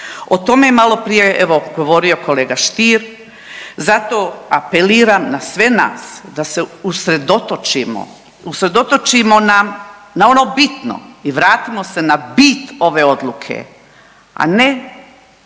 o tome je maloprije evo govorio kolega Stier. Zato apeliram na sve nas da se usredotočimo, usredotočimo na ono bitno i vratimo se na bit ove odluke, a ne